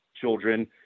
children